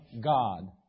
God